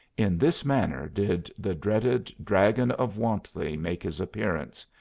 in this manner did the dreaded dragon of wantley make his appearance,